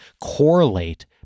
correlate